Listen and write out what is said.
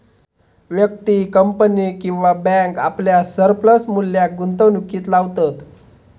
व्यक्ती, कंपनी किंवा बॅन्क आपल्या सरप्लस मुल्याक गुंतवणुकीत लावतत